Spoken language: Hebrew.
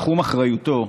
תחום אחריותו,